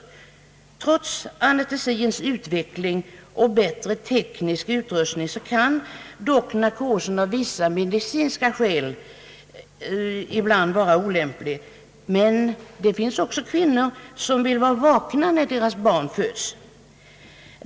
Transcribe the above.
Trots anestesins utveckling och bättre teknisk utrustning kan narkosen av vissa medicinska skäl ibland vara olämplig. Men det finns också kvinnor som vill vara vakna när deras barn föds.